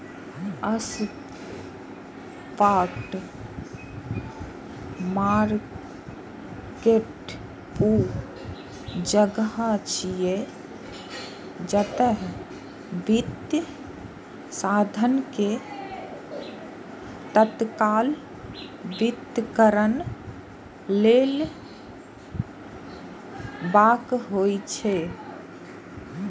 spot market ऊ जगह छियै, जतय वित्तीय साधन के तत्काल वितरण लेल कारोबार होइ छै